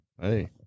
hey